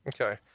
okay